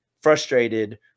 frustrated